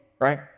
right